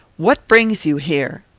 what brings you here?